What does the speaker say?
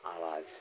आवाज